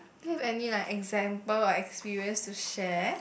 do you have any like examples or experience to share